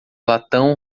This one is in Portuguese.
latão